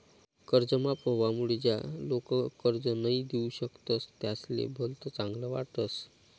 कर्ज माफ व्हवामुळे ज्या लोक कर्ज नई दिऊ शकतस त्यासले भलत चांगल वाटस